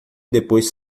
depois